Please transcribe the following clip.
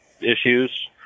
issues